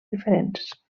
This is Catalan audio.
diferents